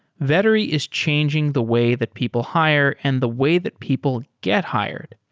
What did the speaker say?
vettery is changing the way that people hire and the way that people get hired.